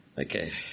Okay